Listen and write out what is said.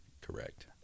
Correct